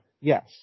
Yes